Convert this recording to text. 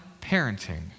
parenting